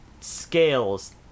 scales